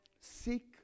Seek